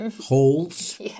holes